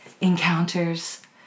encounters